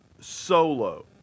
Solo